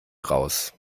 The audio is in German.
raus